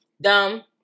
dumb